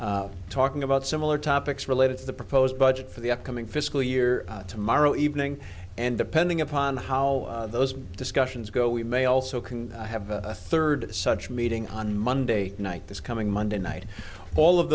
talking about similar topics related to the proposed budget for the upcoming fiscal year tomorrow evening and depending upon how those discussions go we may also can have a third such meeting on monday night this coming monday night all of